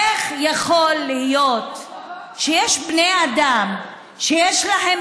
איך יכול להיות שיש בני אדם שיש להם